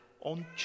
on